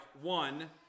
one